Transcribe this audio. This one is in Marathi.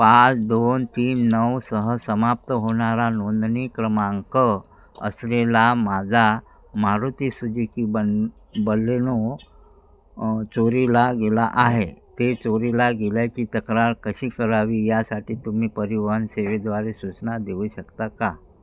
पाच दोन तीन नऊसह समाप्त होणारा नोंदणी क्रमांक असलेला माझा मारुती सुजिकी बन बल्लेनो चोरीला गेला आहे ते चोरीला गेल्याची तक्रार कशी करावी यासाठी तुम्ही परिवहन सेवेद्वारे सूचना देऊ शकता का